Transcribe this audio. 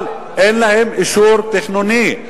אבל אין להם אישור תכנוני?